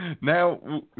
now